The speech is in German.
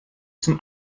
zum